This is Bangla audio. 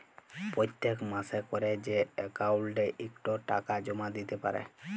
পত্তেক মাসে ক্যরে যে অক্কাউল্টে ইকট টাকা জমা দ্যিতে পারে